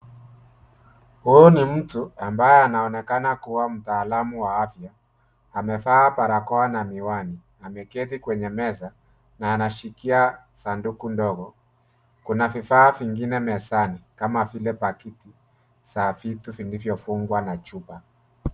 Huyu ni mtu ambaye anaonekana kuwa mtaalamu wa afya, amevaa barakoa na miwani, ameketi kwenye meza na anashikilia sanduku ndogo. Kuna vifaa vingine mezani kama vile paketi za vitu vilivyofungwa na chupa.